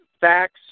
facts